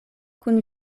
kun